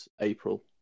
April